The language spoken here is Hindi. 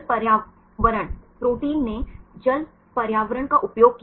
जल पर्यावरण प्रोटीन ने जल पर्यावरण का उपयोग किया